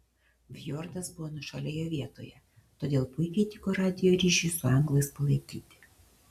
fjordas buvo nuošalioje vietoje todėl puikiai tiko radijo ryšiui su anglais palaikyti